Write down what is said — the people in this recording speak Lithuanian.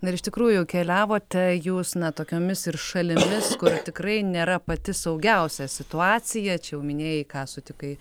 na ir iš tikrųjų keliavote jūs na tokiomis ir šalimis kur tikrai nėra pati saugiausia situacija čia jau minėjai ką sutikai